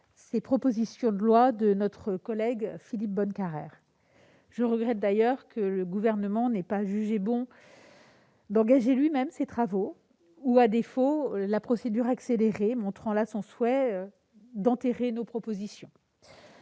ces propositions de loi de notre collègue du groupe Union Centriste. Je regrette d'ailleurs que le Gouvernement n'ait pas jugé bon d'engager lui-même ces travaux ou, à défaut, la procédure accélérée. Il montre ainsi son souhait d'enterrer nos propositions.